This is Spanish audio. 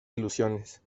ilusiones